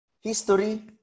history